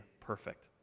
perfect